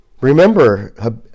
Remember